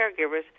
caregivers